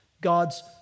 God's